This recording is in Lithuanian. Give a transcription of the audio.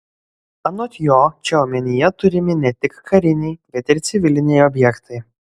anot jo čia omenyje turimi ne tik kariniai bet ir civiliniai objektai